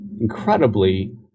incredibly